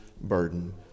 burden